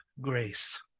grace